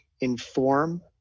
inform